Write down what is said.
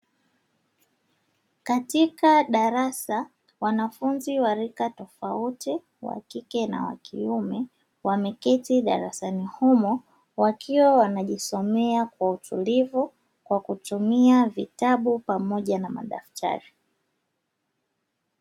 Katika darasa wanafunzi wa lika tofauti, wakike na wakiume, wameketi darasani humo, wakiwa wanajisomea kwa utulivu kwa kutumia vitabu pamoja na madaftari.